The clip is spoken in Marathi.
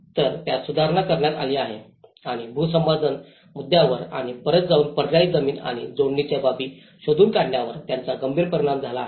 तर त्यात सुधारणा करण्यात आली आहे आणि भूसंपादनाच्या मुद्द्यांवर आणि परत जाऊन पर्यायी जमीन आणि जोडणीच्या बाबी शोधून काढण्यावर याचा गंभीर परिणाम झाला आहे